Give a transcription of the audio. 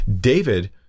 David